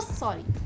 sorry